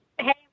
Hey